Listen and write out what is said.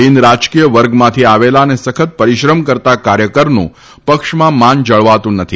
બિન રાજકીય વર્ગમાંથી આવેલા અને સખત પરિશ્રમ કરતા કાર્યકરનું પક્ષમાં માન જળવાતું નથી